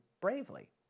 bravely